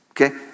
Okay